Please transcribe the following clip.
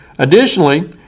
Additionally